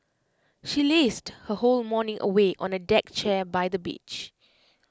she lazed her whole morning away on A deck chair by the beach